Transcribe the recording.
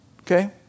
Okay